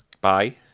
Bye